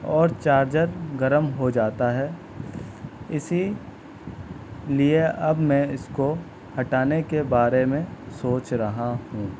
اور چارجر گرم ہو جاتا ہے اسی لیے اب میں اس کو ہٹانے کے بارے میں سوچ رہا ہوں